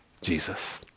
Jesus